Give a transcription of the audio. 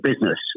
business